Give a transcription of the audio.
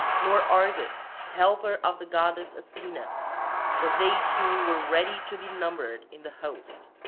nor argus, helper of the goddess athena but they too were ready to be numbered in the host.